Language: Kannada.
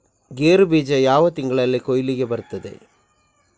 ಗೇರು ಬೀಜ ಯಾವ ತಿಂಗಳಲ್ಲಿ ಕೊಯ್ಲಿಗೆ ಬರ್ತದೆ?